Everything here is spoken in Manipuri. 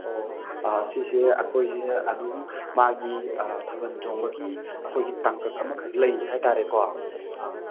ꯑꯣ ꯑꯁꯤꯁꯦ ꯑꯩꯈꯣꯏꯁꯦ ꯑꯗꯨꯒꯤ ꯃꯥꯒꯤ ꯊꯥꯕꯟ ꯆꯣꯡꯕꯒꯤ ꯑꯩꯈꯣꯏꯒꯤ ꯇꯥꯡꯀꯛ ꯑꯃꯈꯛ ꯂꯩ ꯍꯥꯏ ꯇꯥꯔꯦꯀꯣ